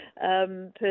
person